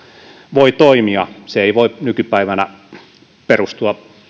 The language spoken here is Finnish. voi toimia rajavartiomiehen toiminta tällaisessa tilanteessa ei voi nykypäivänä perustua